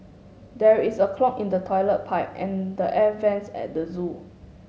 there is a clog in the toilet pipe and the air vents at the zoo